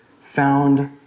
found